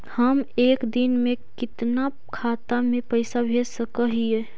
हम एक दिन में कितना खाता में पैसा भेज सक हिय?